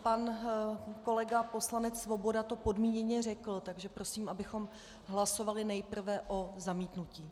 Pan kolega poslanec Svoboda to podmíněně řekl, takže prosím, abychom hlasovali nejprve o zamítnutí.